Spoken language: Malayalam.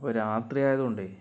ഇപ്പം രാത്രിയായതുകൊണ്ടേ